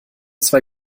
zwei